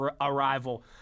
arrival